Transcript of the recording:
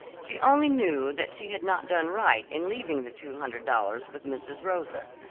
she only knew that she had not done right in leaving the two hundred dollars with mrs. rosa.